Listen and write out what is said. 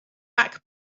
back